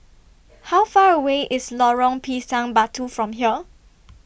How Far away IS Lorong Pisang Batu from here